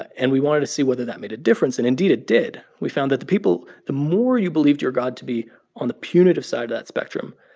and we wanted to see whether that made a difference. and indeed, it did we found that the people the more you believed your god to be on the punitive side that spectrum,